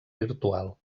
virtual